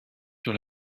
sur